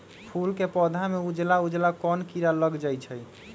फूल के पौधा में उजला उजला कोन किरा लग जई छइ?